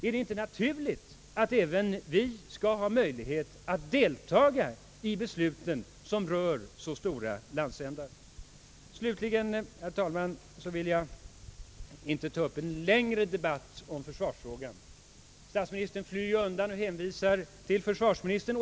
Är det inte naturligt att även vi skall ha möjlighet att delta i beslut som rör så betydelsefulla frågor för stora landsändar? Jag vill, herr talman, inte ta upp någon längre debatt om försvarsfrågan. Statsministern flyr ju undan och hänvisar till försvarsministern.